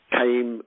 came